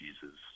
Jesus